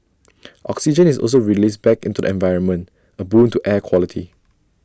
oxygen is also released back into the environment A boon to air quality